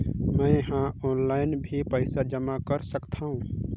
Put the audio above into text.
मैं ह ऑनलाइन भी पइसा जमा कर सकथौं?